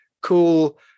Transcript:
cool